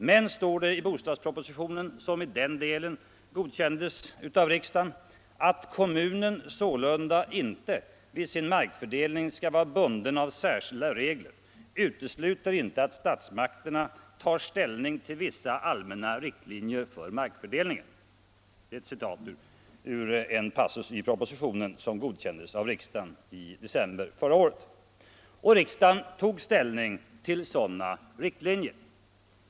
Men det heter också i bostadspropositionen som riksdagen i den delen godkände i december i fjol: ”Att kommunen sålunda inte vid sin markfördelning skall vara bunden av särskilda regler utesluter emellertid inte att statsmakterna tar ställning till vissa allmänna riktlinjer för markfördelningen.” Och riksdagen tog ställning till sådana riktlinjer.